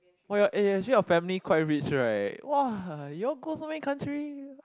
oh ya eh actually your family quite rich right !wah! you all go so many countries